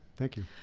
thank you.